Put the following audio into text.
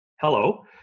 hello